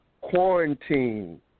quarantine